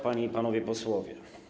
Panie i Panowie Posłowie!